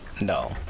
No